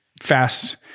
fast